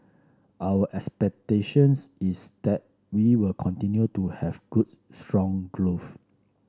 our expectations is that we will continue to have good strong growth